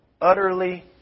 Utterly